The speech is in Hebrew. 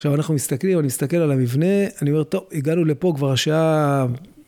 עכשיו אנחנו מסתכלים, אני מסתכל על המבנה, אני אומר טוב, הגענו לפה כבר השעה...